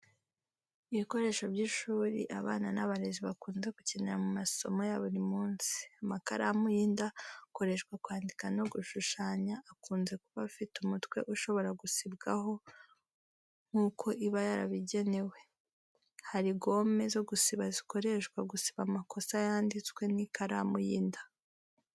Ibikoresho by’ishuri abana n’abarezi bakunze gukenera mu masomo ya buri munsi. Amakaramu y’inda akoreshwa kwandika no gushushanya akunze kuba afite umutwe ushobora gusibwaho, nk’uko iba yarabigenewe. Hari gome zo gusiba zikoreshwa gusiba amakosa yanditswe n’ikaramu y’inda.